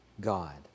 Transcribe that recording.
God